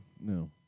No